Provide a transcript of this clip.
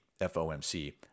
FOMC